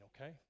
okay